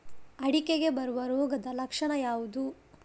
ಅಡಿಕೆಗೆ ಬರುವ ರೋಗದ ಲಕ್ಷಣ ಯಾವುದು?